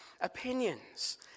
opinions